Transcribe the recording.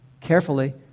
carefully